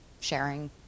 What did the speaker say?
sharing